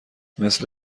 مثل